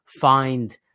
find